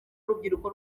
urubyiruko